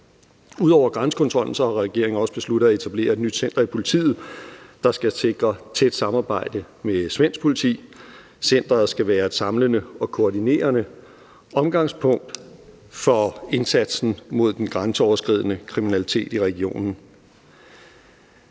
Ud over grænsekontrollen har regeringen også besluttet at etablere et nyt center i politiet, der skal sikre et tæt samarbejde med svensk politi. Centeret skal være et samlende og koordinerende omdrejningspunkt for indsatsen mod den grænseoverskridende kriminalitet i regionen.